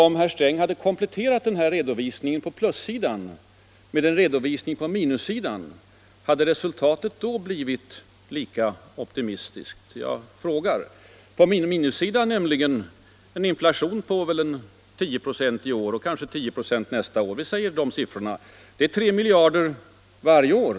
Om herr Sträng hade kompletterat redovisningen på plussidan med en redovisning på minussidan, hade resultatet då givit anledning till lika stor optimism? På minussidan står nämligen en inflation på kanske 10 96 i år och kanske 10 96 nästa år. Det är 3 miljarder varje år.